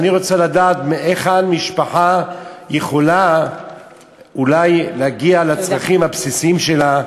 אני רוצה לדעת מהיכן משפחה יכולה אולי להגיע לצרכים הבסיסיים שלה,